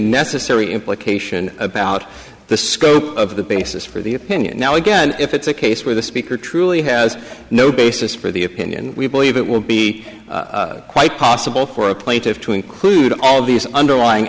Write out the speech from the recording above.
necessary implication about the scope of the basis for the opinion now again if it's a case where the speaker truly has no basis for the opinion we believe it will be quite possible for a plaintive to include all these underlying